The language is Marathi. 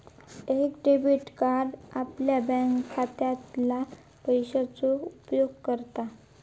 एक डेबिट कार्ड आपल्या बँकखात्यातना पैशाचो उपयोग करता